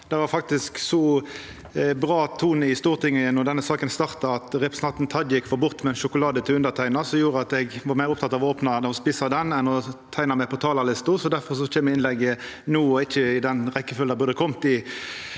Det var faktisk så bra tone i Stortinget då denne saka starta, at representanten Tajik for bort med ein sjokolade til underteikna, som gjorde at eg var meir oppteken av å opna og eta den enn å teikna meg på talarlista. Difor kjem innlegget no, og ikkje i den rekkjefølgja det burde ha kome i.